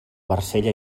barcella